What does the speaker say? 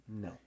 No